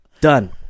done